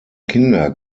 kinder